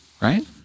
Right